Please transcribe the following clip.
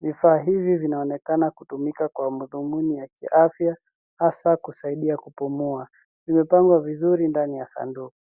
Vifaa hivi vinaonekana kutumika kwa madhumuni ya kiafya, hasa kusaidia kupumua. Vimepangwa vizuri ndani ya sanduku.